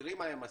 תראי מה הם עשו,